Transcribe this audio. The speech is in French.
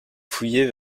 fouillée